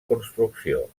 construcció